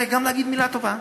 צריך גם להגיד מילה טובה,